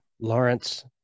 Lawrence